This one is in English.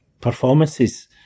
performances